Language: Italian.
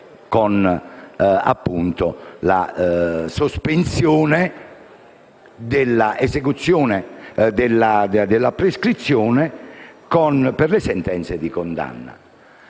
della prescrizione per le sentenze di condanna.